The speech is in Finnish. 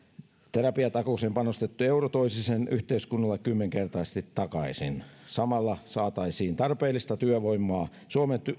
terapiatakuuseen panostettu euro toisi sen yhteiskunnalle kymmenkertaisesti takaisin samalla saataisiin tarpeellista työvoimaa suomen